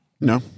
No